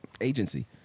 agency